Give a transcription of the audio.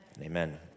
Amen